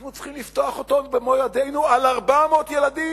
אנחנו צריכים לפתוח אותו במו-ידינו, על 400 ילדים?